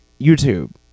youtube